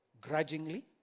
grudgingly